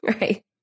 Right